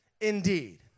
indeed